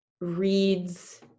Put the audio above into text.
reads